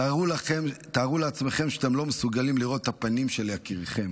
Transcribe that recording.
תארו לעצמכם שאתם לא מסוגלים לראות את הפנים של יקיריכם,